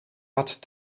had